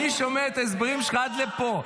אני שומע את ההסברים שלך עד לפה.